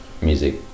music